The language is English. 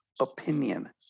opinion